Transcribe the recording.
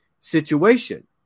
situation